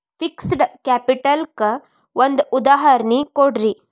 fixed capital ಕ್ಕ ಒಂದ್ ಉದಾಹರ್ಣಿ ಕೊಡ್ರಿ